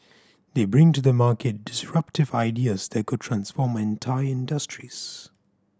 they bring to the market disruptive ideas that could transform entire industries